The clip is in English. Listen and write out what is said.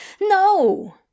No